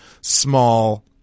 small